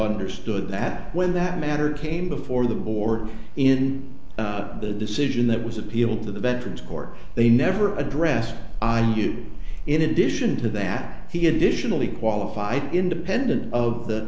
understood that when that matter came before the war in the decision that was appealed to the veterans court they never addressed i knew in addition to that he additionally qualified independent of the